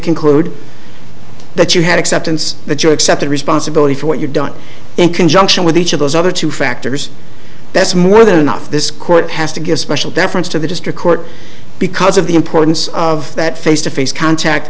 conclude that you had acceptance that you accepted responsibility for what you've done in conjunction with each of those other two factors that's more than enough this court has to give special deference to the district court because of the importance of that face to face contact